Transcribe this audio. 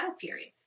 period